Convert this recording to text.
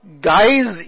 guys